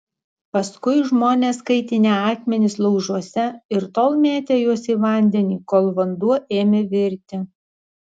paskui žmonės kaitinę akmenis laužuose ir tol mėtę juos į vandenį kol vanduo ėmė virti